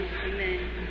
Amen